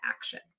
action